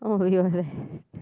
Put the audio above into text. oh you were there